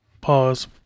Pause